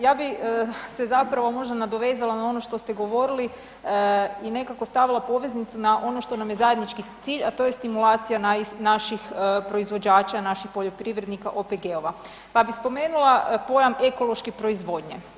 Ja bi se zapravo možda nadovezala na ono što ste govorili i nekako stavila poveznicu na ono što nam je zajednički cilj, a to je stimulacija naših proizvođača, naših poljoprivrednika OPG-a, pa bi spomenula pojam „ekološke proizvodnje“